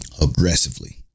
aggressively